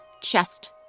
chest